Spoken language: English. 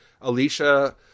alicia